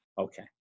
Okay